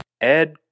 Ed